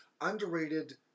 Underrated